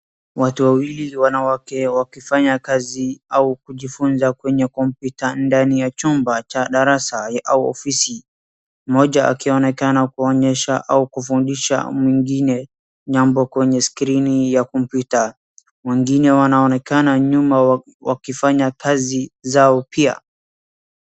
Watu wawili wanawake wakifanya kazi au kujifunza kwenye computer ndani ya chumba cha darasa au ofisi, mmoja akionekana kuonyesha au kufundisha mwingine nyambo kwenye screen ya computer , wengine wanaonekana nyuma wakifanya kazi zao pia.